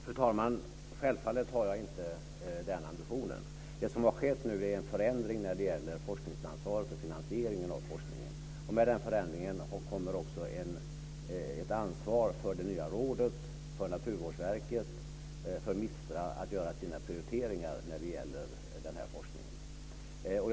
Fru talman! Självfallet har jag inte den ambitionen. Det som har skett nu är en förändring när det gäller forskningsansvaret och finansieringen av forskningen. Med den förändringen kommer också ett ansvar för det nya rådet, för Naturvårdsverket och för MISTRA att göra sina prioriteringar när det gäller den här forskningen.